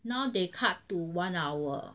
now they cut to one hour